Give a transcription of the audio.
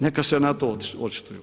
Neka se na to očituju.